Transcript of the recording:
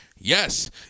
Yes